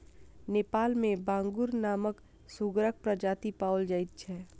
नेपाल मे बांगुर नामक सुगरक प्रजाति पाओल जाइत छै